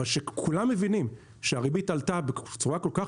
אבל כשכולם מבינים שהריבית עלתה בצורה כל כך